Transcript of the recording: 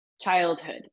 childhood